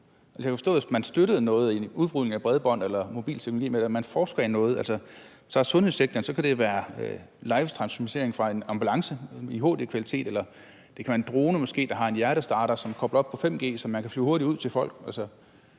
Jeg kunne forstå det, hvis man støttede noget, f.eks. en udrulning af bredbånd eller mobilteknologi. Men man forsker i noget. Hvis vi tager sundhedssektoren, så kan det være live transmission fra en ambulance i HD-kvalitet, eller det kan måske være en drone, der har en hjertestarter, som er koblet op på 5G, så man kan flyve hurtigt ud til folk.